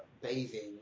bathing